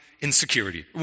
insecurity